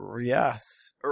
yes